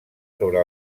sobre